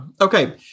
Okay